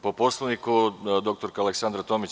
Po Poslovniku, dr Aleksandra Tomić.